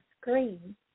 screen